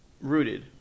rooted